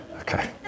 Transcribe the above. Okay